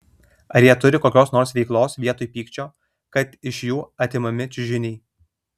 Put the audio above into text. ar jie turi kokios nors veiklos vietoj pykčio kad iš jų atimami čiužiniai